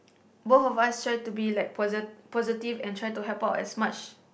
both of us tried to be like posi~ positive and try to help out as much